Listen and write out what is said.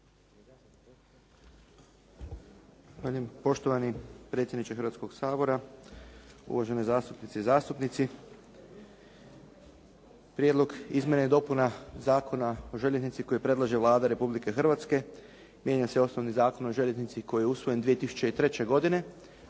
Poštovani predsjedniče Hrvatskoga sabora, zastupnice i zastupnici. Prijedlog Izmjena i dopuna zakona o željeznici koji predlaže Vlada Republike Hrvatske mijenja se osnovni Zakon o željeznici koji je usvojen 2003. godine